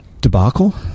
Debacle